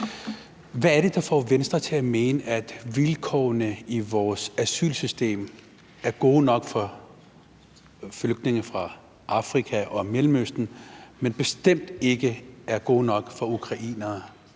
Hvad er det, der får Venstre til at mene, at vilkårene i vores asylsystem er gode nok for flygtninge fra Afrika og Mellemøsten, men bestemt ikke er gode nok for ukrainere?